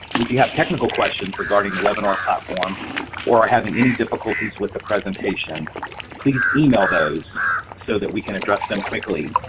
if you have technical questions regarding the webinar platform or having any difficulties with the presentation please email those so we can address them quickly.